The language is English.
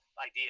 idea